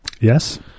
Yes